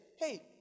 hey